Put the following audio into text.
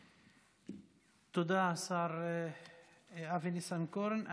תודה, השר אבי ניסנקורן.